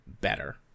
better